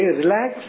relax